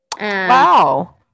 Wow